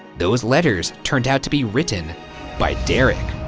those letters turned out to be written by derek.